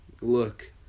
Look